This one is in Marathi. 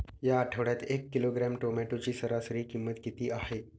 या आठवड्यात एक किलोग्रॅम टोमॅटोची सरासरी किंमत किती आहे?